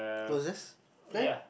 was it when